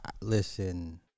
listen